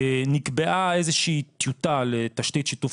נקבעה איזושהי טיוטה לתשתית שיתוף